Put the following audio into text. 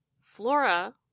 Flora